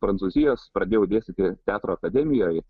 prancūzijos pradėjau dėstyti teatro akademijoj